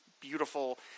beautiful